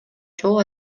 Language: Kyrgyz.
жол